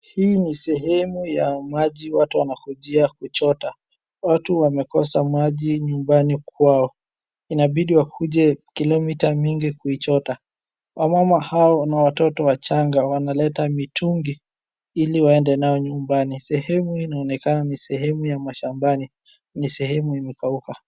Hii ni sehemu ya maji watu wanakujia kuchota. Watu wamekosa maji nyumbani kwao. Inabidi wakuje kilomita mingi kuichota. Wamama hao na watoto wachanga wanaleta mitungi ili waende nao nyumbani. Sehemu hii inaonekana ni sehemu ya mashambani. Ni sehemu imekauka.